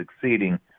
succeeding